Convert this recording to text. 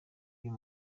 uyu